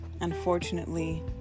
unfortunately